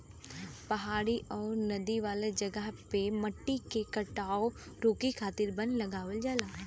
पहाड़ी आउर नदी वाला जगह पे मट्टी के कटाव रोके खातिर वन लगावल जाला